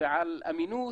ועל אמינות